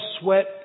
sweat